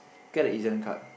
get the E_Z card